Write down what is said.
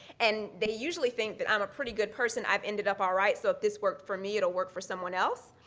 and they usually think that i'm a pretty good person, i've ended up all right, so if this worked for me it will work for someone else.